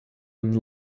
and